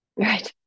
Right